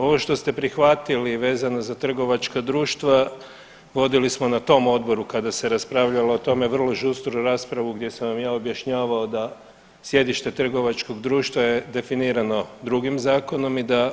Ovo što ste prihvatili vezano za trgovačka društva vodili smo na tom odboru kada se raspravljao o tome vrlo žustru raspravu gdje sam vam ja objašnjavao da sjedište trgovačkog društva je definirano drugim zakonom i da